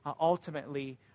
ultimately